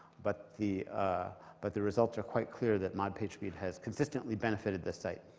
but the ah but the results are quite clear that mod pagespeed has consistently benefited this site.